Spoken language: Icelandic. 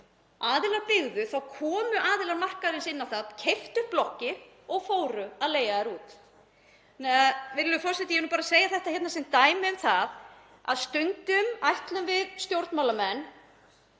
aðilar byggðu þá komu aðilar markaðarins inn, keyptu upp blokkir og fóru að leigja þær út. Virðulegur forseti. Ég er bara að segja þetta hérna sem dæmi um það að stundum ætlum við stjórnmálamenn